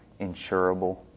insurable